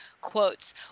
quotes